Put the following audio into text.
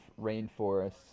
rainforests